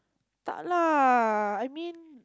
tak lah I mean